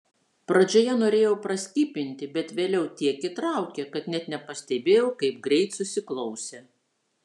pradžioje norėjau praskipinti bet vėliau tiek įtraukė kad net nepastebėjau kaip greit susiklausė